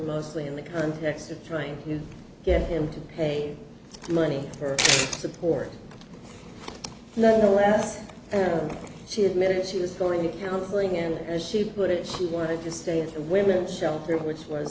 mostly in the context of trying to get him to pay money for support nonetheless she admitted she was going to counseling and as she put it she wanted to stay in a women's shelter which was